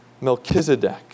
Melchizedek